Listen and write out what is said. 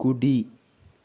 కుడి